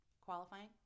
Qualifying